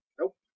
Nope